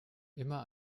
immer